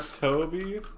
Toby